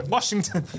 Washington